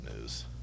news